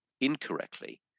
incorrectly